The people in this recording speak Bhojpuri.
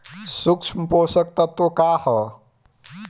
सूक्ष्म पोषक तत्व का ह?